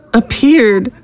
appeared